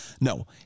No